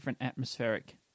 atmospheric